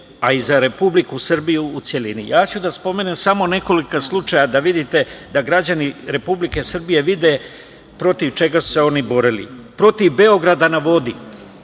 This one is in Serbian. a i za Republiku u celini. Ja ću da spomenem samo nekoliko slučaja da vidite da građani Republike Srbije vide protiv čega su se oni borili, protiv Beograda na vodi,